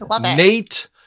Nate